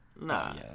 Nah